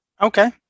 Okay